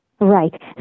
Right